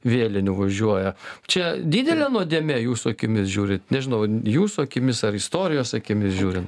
vėlinių važiuoja čia didelė nuodėmė jūsų akimis žiūrint nežinau jūsų akimis ar istorijos akimis žiūrint